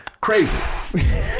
crazy